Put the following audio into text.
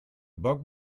bug